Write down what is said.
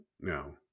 No